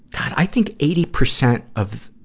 i think eighty percent of